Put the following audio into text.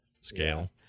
scale